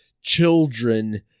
children